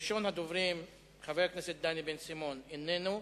ראשון הדוברים, חבר הכנסת דני בן-סימון, איננו.